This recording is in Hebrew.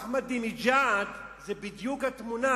אחמדינג'אד, זאת בדיוק התמונה